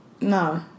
No